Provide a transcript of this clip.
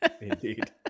Indeed